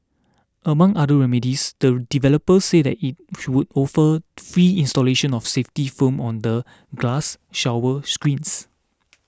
among other remedies the developer said that it would offer free installation of safety films on the glass shower screens